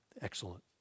Excellent